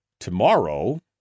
Tomorrow